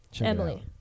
emily